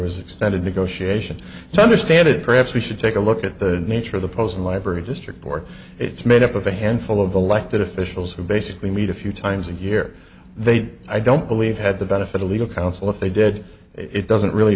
was extended negotiation so i understand it perhaps we should take a look at the nature of the post in library district court it's made up of a handful of elected officials who basically meet a few times and here they i don't believe had the benefit of legal counsel if they did it doesn't really